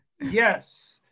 Yes